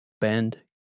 bend